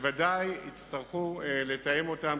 שוודאי יצטרכו לתאם אותם,